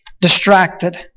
distracted